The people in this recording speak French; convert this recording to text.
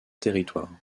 territoire